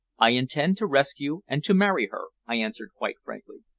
i intend to rescue, and to marry her, i answered quite frankly.